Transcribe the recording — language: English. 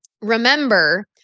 remember